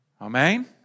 Amen